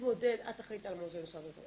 את אחראית על המוזיאונים במשרד התרבות.